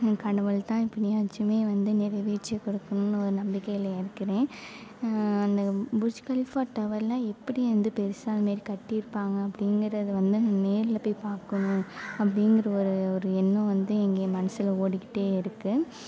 கடவுள் தான் எப்படியாச்சுமே வந்து நிறைவேற்றி கொடுக்கணுன்னு ஒரு நம்பிக்கையில் இருக்கிறேன் புச் கலிஃப்பா டவர்லாம் எப்படி வந்து பெருசாக வந்து அதுமாரி கட்டியிருப்பாங்க அப்படிங்குறத வந்து நேரில் போய் பார்க்கணும் அப்படிங்குற ஒரு ஒரு எண்ணம் வந்து இங்கே என் மனசில் ஓடிக்கிட்டே இருக்கு